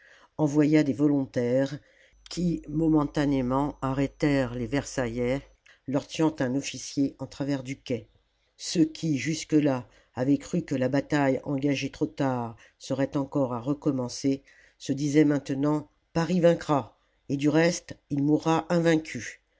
envoya des volontaires qui momentanément arrêtèrent les versailles leur tuant un officier en travers du quai ceux qui jusque là avaient cru que la bataille engagée trop tard serait encore à recommencer se disaient maintenant paris vaincra et du reste il mourra la commune invaincu